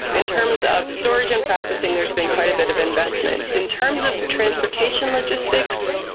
in terms of storage and processing there has been quite a bit of investment. in terms of transportation logistics,